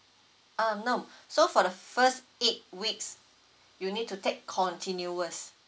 um no so for the first eight weeks you need to take continuous